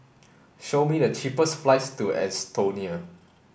show me the cheapest flights to Estonia